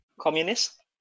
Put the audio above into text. communist